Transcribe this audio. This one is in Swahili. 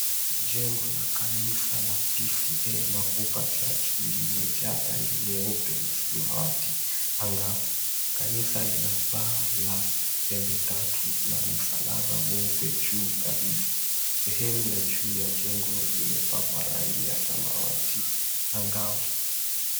Jengo la kanisa P.C.E.A Makupa Church lililojaa rangi nyeupe na samawati angavu. Kanisa lina paa la pembe tatu na msalaba mweupe juu kabisa. Sehemu ya juu ya jengo limepakwa rangi ya samawati angavu.